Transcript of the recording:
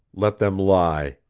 let them lie.